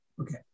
okay